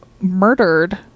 murdered